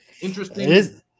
interesting